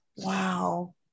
Wow